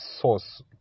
source